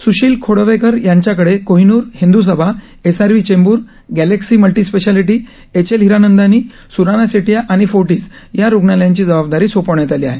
स्शील खोडवेकर यांच्याकडे Kohinoor Hindu Sabha S R V Chembur Galaxy multispeciality L H Hiranandani Surana Sethia आणि Fortis या रुग्णालयांची जबाबदारी सोपवण्यात आली आहे